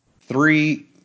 Three